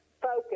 focus